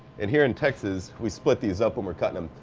and here in texas, we split these up when we're cuttin' em.